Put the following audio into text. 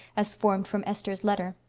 as formed from esther's letter.